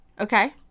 Okay